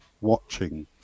watching